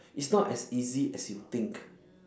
it's not as easy as you think